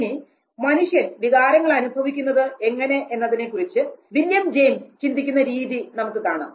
ഇനി മനുഷ്യൻ വികാരങ്ങൾ അനുഭവിക്കുന്നത് എങ്ങനെ എന്നതിനെക്കുറിച്ച് വില്യം ജെയിംസ് ചിന്തിക്കുന്ന രീതി നമുക്ക് കാണാം